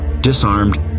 disarmed